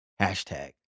Hashtag